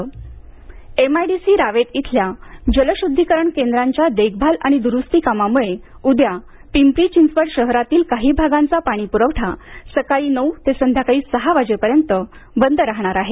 पाणी बंद एमआयडीसी रावेत इथल्या जलशुध्दीकरण केंद्राच्या देखभाल आणि द्रुस्ती कामामुळे उद्या पिंपरी चिंचवड शहरातील काही भागांचा पाणी पुरवठा सकाळी नऊ ते संध्याकाळी सहा वाजेपर्यंत बंद राहणार आहे